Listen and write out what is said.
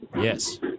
Yes